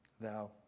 thou